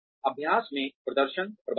अभ्यास में प्रदर्शन प्रबंधन